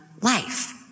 life